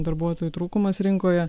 darbuotojų trūkumas rinkoje